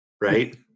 right